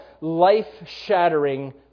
life-shattering